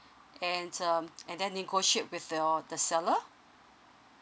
and um and then negotiate with your the seller